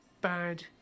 bad